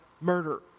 murder